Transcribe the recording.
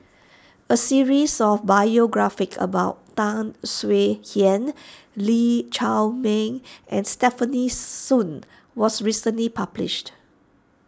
a series of biographies about Tan Swie Hian Lee Chiaw Meng and Stefanie Sun was recently published